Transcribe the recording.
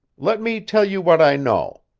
let me tell you what i know.